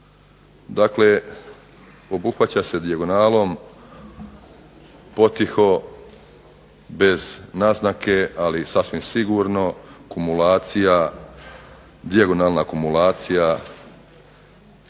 Dakle, obuhvaća se dijagonalom potiho bez naznake, ali sasvim sigurno dijagonalna kumulacija